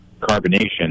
carbonation